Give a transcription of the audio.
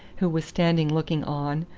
who was standing looking on,